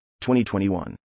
2021